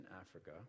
Africa